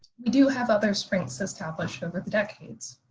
we do have other strengths established over the decades.